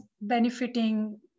benefiting